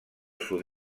sud